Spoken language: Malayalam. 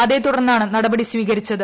അതേ തുടർന്നാണ് നടപടി സ്വീകരിച്ചത്